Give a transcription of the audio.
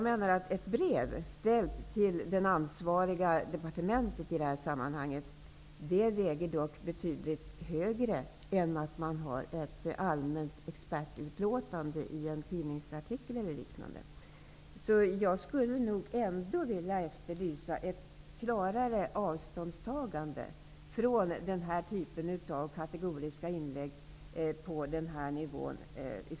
Ett brev ställt till det ansvariga departementet väger dock betydligt tyngre än ett allmänt expertutlåtande i en tidningsartikel. Jag skulle ändå vilja efterlysa ett klarare avståndstagande från jordbruksministerns sida från den typen av kategoriska inlägg på den här nivån.